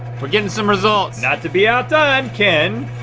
we're getting some results. not to be outdone, ken.